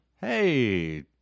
Hey